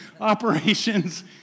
operations